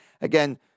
Again